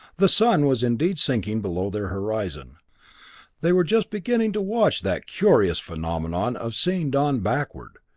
the sun was indeed sinking below their horizon they were just beginning to watch that curious phenomenon of seeing dawn backward,